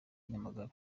nyamagabe